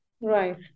Right